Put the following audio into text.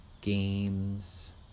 games